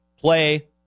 play